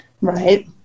right